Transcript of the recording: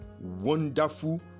wonderful